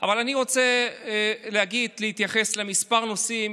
לו אבל אני רוצה להתייחס לכמה נושאים